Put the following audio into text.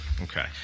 Okay